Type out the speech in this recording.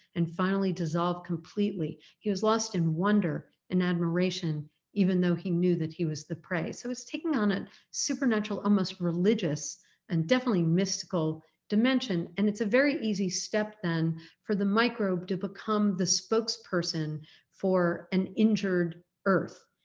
and finally dissolved completely. he was lost in wonder and admiration even though he knew that he was the prey. so it's taking on a supernatural, almost religious and definitely mystical dimension, and it's a very easy step then for the microbe to become the spokesperson for an injured earth.